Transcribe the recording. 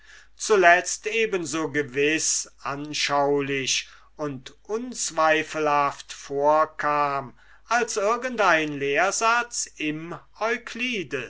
zuletzt eben so gewiß anschaulich und unzweifelhaft vorkam als irgend ein lehrsatz im